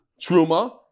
Truma